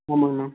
ஆமாங்கண்ணா